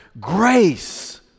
grace